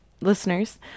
listeners